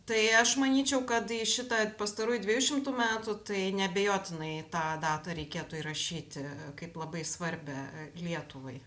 tai aš manyčiau kad į šitą pastarųjų dviejų šimtų metų tai neabejotinai tą datą reikėtų įrašyti kaip labai svarbią lietuvai